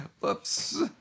Whoops